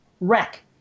Wreck